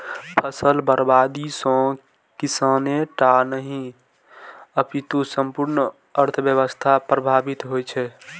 फसल बर्बादी सं किसाने टा नहि, अपितु संपूर्ण अर्थव्यवस्था प्रभावित होइ छै